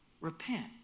Repent